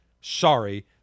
sorry